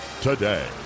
Today